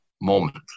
moment